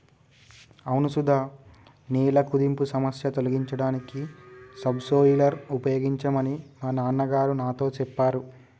అవును సుధ నేల కుదింపు సమస్య తొలగించడానికి సబ్ సోయిలర్ ఉపయోగించమని మా నాన్న గారు నాతో సెప్పారు